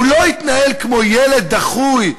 הוא לא התנהל כמו ילד דחוי,